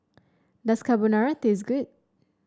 does Carbonara taste good